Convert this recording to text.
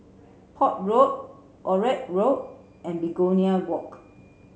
Port Road Onraet Road and Begonia Walk